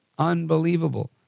Unbelievable